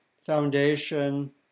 foundation